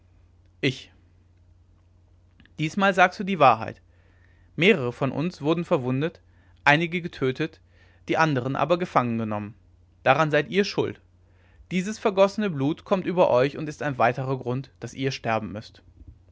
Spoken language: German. ich diesmal sagst du die wahrheit mehrere von uns wurden verwundet einige getötet die anderen aber gefangen genommen daran seid ihr schuld dieses vergossene blut kommt über euch und ist ein weiterer grund daß ihr sterben müßt